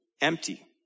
empty